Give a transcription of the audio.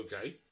Okay